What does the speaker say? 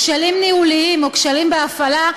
כשלים ניהוליים או כשלים בהפעלה,